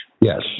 Yes